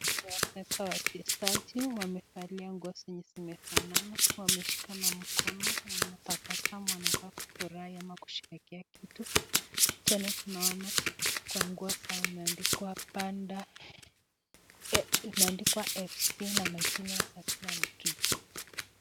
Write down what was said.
Wachezaji wamevalia nguo zenye zimefanana, wameshikana mkono wanatabasamu wanaonekana kufurahi , ama kusherehekea kitu tena tunaoana kwa nguo zao imeandikwa FC na jina la kila mchezaji.